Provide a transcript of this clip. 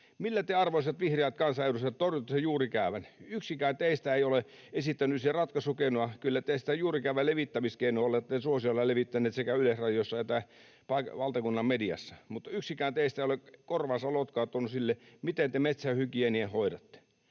Millä te, arvoisat vihreät kansanedustajat, torjutte sen juurikäävän? Yksikään teistä ei ole esittänyt siihen ratkaisukeinoa. Kyllä te sitä juurikäävän levittämiskeinoa olette suosiolla levittäneet sekä Yleisradiossa että valtakunnan mediassa, mutta yksikään teistä ei ole korvaansa lotkauttanut sille, miten te metsähygienian hoidatte.